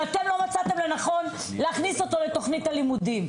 אבל אתם לא מצאתם לנכון להכניס אותו לתכנית הלימודים,